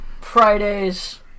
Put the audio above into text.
Fridays